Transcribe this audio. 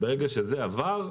ברגע שזה עבר,